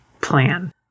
plan